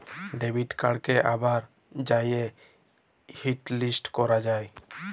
debit কাড়কে আবার যাঁয়ে হটলিস্ট ক্যরা যায়